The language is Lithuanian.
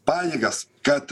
pajėgas kad